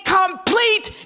complete